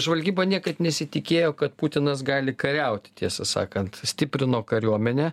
žvalgyba niekad nesitikėjo kad putinas gali kariauti tiesą sakant stiprino kariuomenę